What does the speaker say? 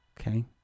Okay